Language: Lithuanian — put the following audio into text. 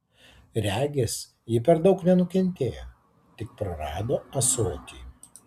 regis ji per daug nenukentėjo tik prarado ąsotį